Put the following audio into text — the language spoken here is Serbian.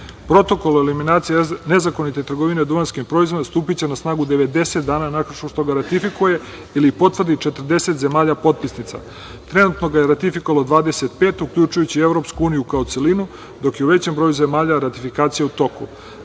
o eliminaciji nezakonite trgovine duvanskim proizvodima stupiće na snagu 90 dana nakon što ga ratifikuje ili potvrdi 40 zemalja potpisnica. Trenutno ga je ratifikovalo 25, uključujući i EU kao celinu, dok je u većem broju zemalja ratifikacija u toku.